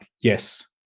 yes